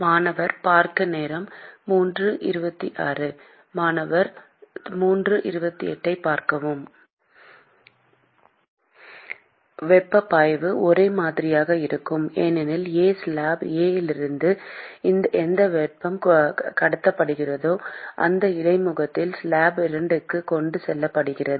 மாணவர் மாணவர் வெப்பப் பாய்வு ஒரே மாதிரியாக இருக்கும் ஏனெனில் A ஸ்லாப் A இலிருந்து எந்த வெப்பம் கடத்தப்படுகிறதோ அந்த இடைமுகத்தில் slab 2 க்கு கொண்டு செல்லப்படுகிறது